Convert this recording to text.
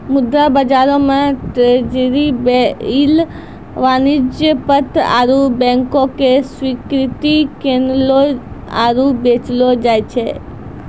मुद्रा बजारो मे ट्रेजरी बिल, वाणिज्यक पत्र आरु बैंको के स्वीकृति किनलो आरु बेचलो जाय छै